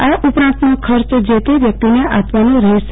આ ઉપરાંતનો ખર્ચ જે તે વ્યક્તિને આપવાનો રહેશે